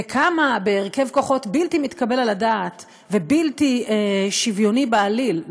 וקמה בהרכב כוחות בלתי מתקבל על הדעת ובלתי שוויוני בעליל,